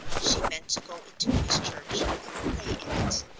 she meant to go into his church and pray in it.